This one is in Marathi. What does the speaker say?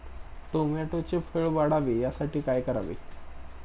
टोमॅटोचे फळ वाढावे यासाठी काय करावे?